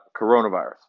coronavirus